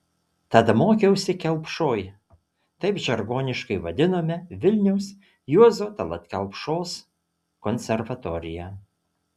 tad mokiausi kelpšoj taip žargoniškai vadinome vilniaus juozo tallat kelpšos konservatoriją